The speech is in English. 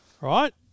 Right